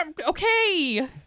Okay